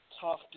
tough